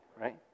right